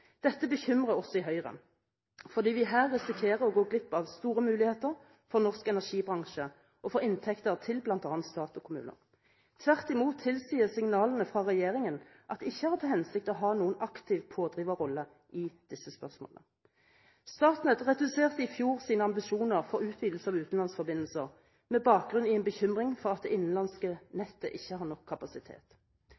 Dette bekymrer oss i Høyre, fordi vi her risikerer å gå glipp av store muligheter for norsk energibransje og for inntekter til bl.a. stat og kommuner. Tvert imot tilsier signalene fra regjeringen at den ikke har til hensikt å ha noen aktiv pådriverrolle i disse spørsmålene. Statnett reduserte i fjor sine ambisjoner for utvidelse av utenlandsforbindelser på bakgrunn av en bekymring for at det innenlandske